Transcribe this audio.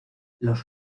los